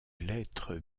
lettres